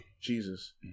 jesus